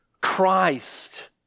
Christ